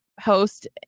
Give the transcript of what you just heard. host